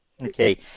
okay